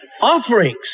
offerings